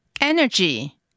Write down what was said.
Energy